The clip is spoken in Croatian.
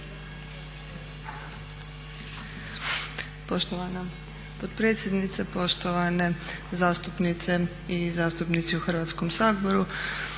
Poštovana potpredsjednice, poštovane zastupnice i zastupnici u Hrvatskom saboru.